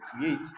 create